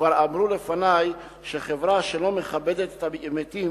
וכבר אמרו לפני שחברה שלא מכבדת את המתים,